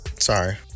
Sorry